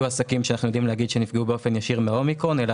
עסקים שאנחנו יודעים לומר שנפגעו באופן ישיר מאומיקרון אלא